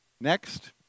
Next